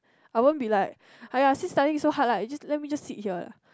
I wouldn't be like !aiya! since studying is so hard you just let me just sit here